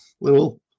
little